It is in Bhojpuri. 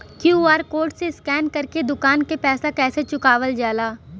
क्यू.आर कोड से स्कैन कर के दुकान के पैसा कैसे चुकावल जाला?